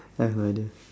have rider